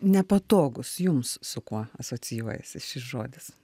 nepatogus jums su kuo asocijuojasi šis žodis